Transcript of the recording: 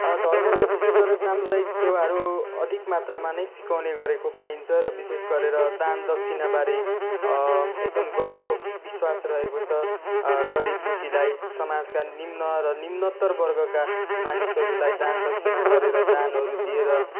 धर्मले विशेष गरेर सामुदायिक सेवाहरू अधिक मात्रा नै सिकाउने गरेको पाइन्छ र विशेष गरेर दान दक्षिणा बारे एकदम गहिरो विश्वास रहेको छ गरीब दुखीलाई समाजका निम्न र निम्नत्तर वर्गमा मानिसहरूलाई दान दक्षिणा गरेर दानहरू दिएर